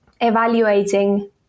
evaluating